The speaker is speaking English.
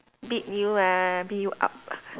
beat you ah beat you up